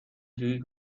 جویی